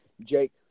Jake